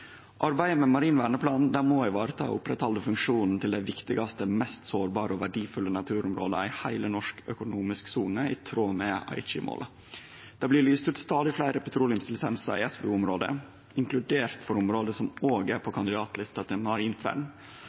Arbeidet med marin verneplan må vareta og oppretthalde funksjonen til dei viktigaste, mest sårbare og verdifulle naturområda i heile norsk økonomisk sone, i tråd med Aichi-måla. Det blir lyst ut stadig fleire petroleumslisensar i SVO-område, inkludert område som òg er på kandidatlista til marint vern.